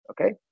okay